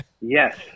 yes